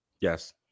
Yes